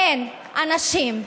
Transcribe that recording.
בין אנשים,